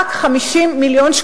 רק 50 מיליון,